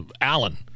Allen